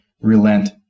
relent